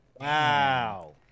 Wow